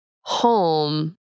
home